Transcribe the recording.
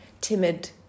timid